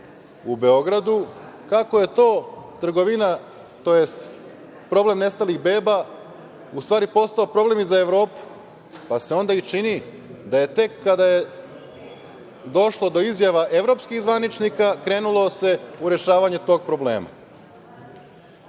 u Beogradu, kako je to trgovina, tj. problem nestalih beba, u stvari postao problem i za Evropu, pa se onda i čini da je tek kada je došlo do izjava evropskih zvaničnika, krenulo se u rešavanje tog problema. Na